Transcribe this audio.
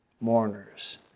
mourners